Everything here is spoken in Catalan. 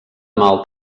mal